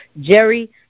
Jerry